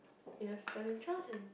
you just tell him Jordan